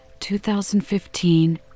2015